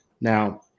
Now